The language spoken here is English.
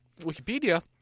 Wikipedia